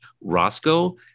roscoe